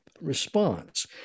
response